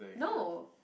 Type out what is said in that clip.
no